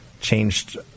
changed